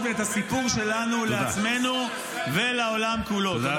תפסיק לעבוד על אנשים.